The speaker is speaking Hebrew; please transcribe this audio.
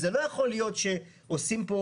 זה לא יכול להיות שעושים פה